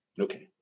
Okay